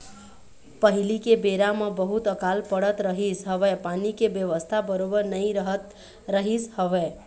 पहिली के बेरा म बहुत अकाल पड़त रहिस हवय पानी के बेवस्था बरोबर नइ रहत रहिस हवय